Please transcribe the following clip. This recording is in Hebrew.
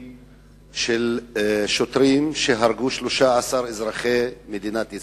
של שוטרים שהרגו 13 מאזרחי מדינת ישראל,